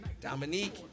Dominique